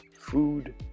food